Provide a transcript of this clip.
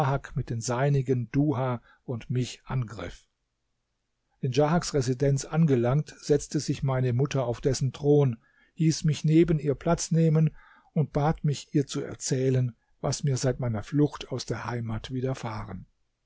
mit den seinigen duha und mich angriff in djahaks residenz angelangt setzte sich meine mutter auf dessen thron hieß mich neben ihr platz nehmen und bat mich ihr zu erzählen was mir seit meiner flucht aus der heimat widerfahren